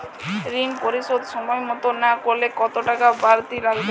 ঋন পরিশোধ সময় মতো না করলে কতো টাকা বারতি লাগতে পারে?